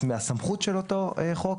מהסמכות של אותו חוק,